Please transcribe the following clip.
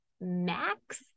max